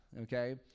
okay